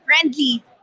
friendly